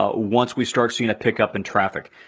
ah once we start seeing a pickup in traffic.